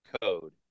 code